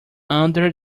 under